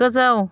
गोजौ